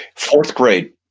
fourth grade.